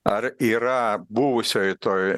ar yra buvusioj toj